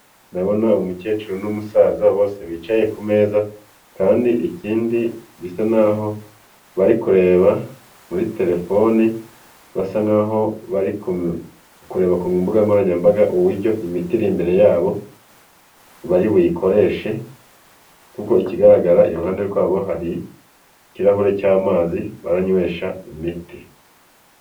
Ndabona umukecuru n'umusaza bose bicaye ku meza, kandi ikindi bisa naho bari kureba muri telefone. Basa nk’aho bari kureba ku mbuga nkoranyambaga uburyo imiti iri imbere yabo bari buyikoreshe, kuko ikigaragara iruhande rwabo hari ikirahure cy'amazi baranywesha imiti.